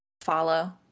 follow